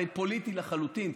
הרי פוליטי לחלוטין,